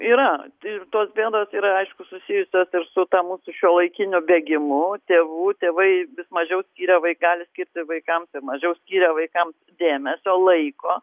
yra ir tos bėdos yra aišku susijusios ir su ta mūsų šiuolaikiniu bėgimu tėvų tėvai vis mažiau skiria gali skirti vaikams ir mažiau skiria vaikams dėmesio laiko